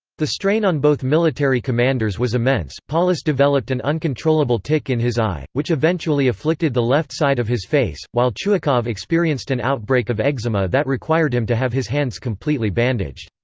the strain on both military commanders was immense paulus developed an uncontrollable tic in his eye, which eventually afflicted the left side of his face, while chuikov experienced an outbreak of eczema that required him to have his hands completely bandaged.